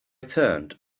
turned